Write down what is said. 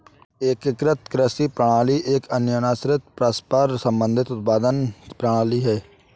एकीकृत कृषि प्रणाली एक अन्योन्याश्रित, परस्पर संबंधित उत्पादन प्रणाली है